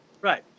Right